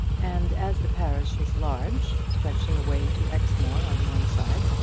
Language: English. and as the parish is large, stretching away to exmoor on one side,